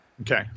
Okay